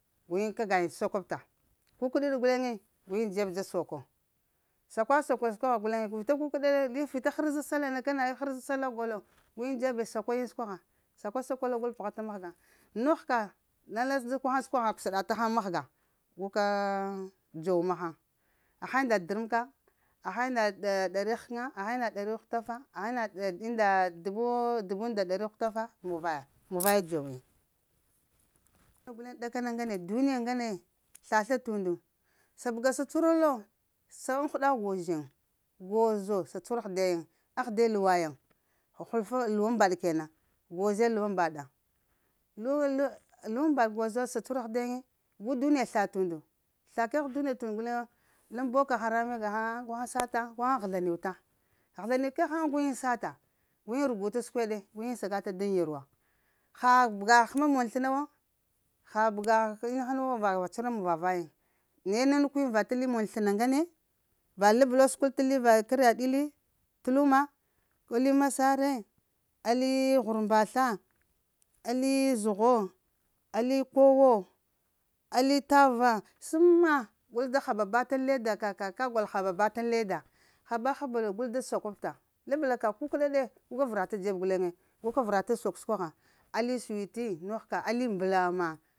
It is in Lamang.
Guyiŋ ka gayiŋ t'sakwabta ku kəɗaɗ guleŋe, guyiŋ dzeb da soko, sakwa-sakwa yiŋ səkwagha guleŋe vita kukəɗa ɗe li vita harʒa sallah na kana hərʒa sallah go lo guyiŋ dzebe sakwa yiŋ səkwagha sakwa sakwa lo gul poghəta mahga. Nogh ka lala guhaŋ, səkwaha ta ɗata haŋ mahga, gu ka dzow mahaŋ ha ha unda drəmka, aha unda ɗari həkəna aha unda dari hutafa, aha ina unda dubu, dubu-nda-dari hutafa mun vaya mun vaye dzow yiŋ, guleŋ daka na ŋgane duniya guleŋ, sla sla t'undu sa bəga sa cuhura lo sa ŋ huɗa goz yiŋ gozoo sa cuhura ahdeyin. Ahde luwa yiŋ, hul fuŋ luwan mbaɗ kenan, go ze luwaŋ mbaɗa, lu luwan mbaɗ gooz sa cuhura ah de yiŋi gu duniya sha t'undu sla kəgh duniya t'und guleŋ laŋ boko haame ga ghaŋa gu ghaŋ sata gu ghaŋ həzla new ta, həzla ni kegh haŋ guyin sata guyiŋ ruguta səkweɗe guyin sagata daƴ yarwa ha bəga həma mon sləna wo ha bəga ina hana wo ɗow cuhura mun va vaja yiŋ. Na ye nanuk yiŋ va ta li mon sləna ŋgane va lablo səkwal va tali karye ɗili t'luma, li masare ali hurmbasla ali zəgho, ali kowo, ali tava, səma gul da haba batan leda ka, ka, ka ka gol haba ba ta ŋ leda haba haba lo gul da sakwab ta, lab la ka kukəda ɗe gu ka vərata dzeb guleŋ, gu ka vərata sakw səkwa ha, ali səwiti nogh ka ali mbəlama